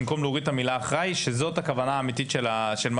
במקום להוריד את המילה אחראי כאשר זאת הכוונה האמיתית של מה